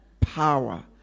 power